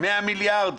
100 מיליארד,